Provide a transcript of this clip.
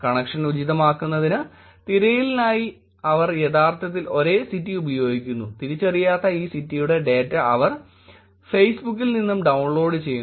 connection ഉചിതമാക്കുന്നതിന് തിരയലിനായി അവർ യഥാർത്ഥത്തിൽ ഒരേ സിറ്റി ഉപയോഗിക്കുന്നുതിരിച്ചറിയാത്ത ഈ സിറ്റിയുടെ ഡേറ്റ അവർ ഫേസ്ബുക്കിൽ നിന്നും ഡൌൺലോഡ് ചെയ്യുന്നു